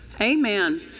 Amen